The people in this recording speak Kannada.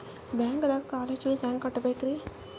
ಬ್ಯಾಂಕ್ದಾಗ ಕಾಲೇಜ್ ಫೀಸ್ ಹೆಂಗ್ ಕಟ್ಟ್ಬೇಕ್ರಿ?